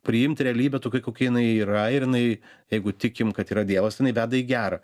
priimt realybę tokią kokia jinai yra ir jinai jeigu tikim kad yra dievas tai jinai veda į gera